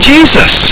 Jesus